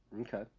Okay